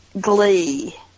Glee